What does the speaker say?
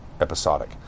episodic